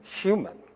human